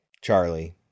Charlie